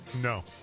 No